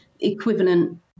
equivalent